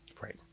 Right